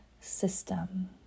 system